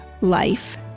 life